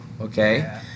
Okay